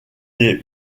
des